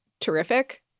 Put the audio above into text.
terrific